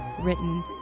written